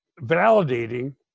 validating